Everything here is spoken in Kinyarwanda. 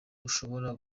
ushobora